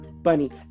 Bunny